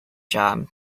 job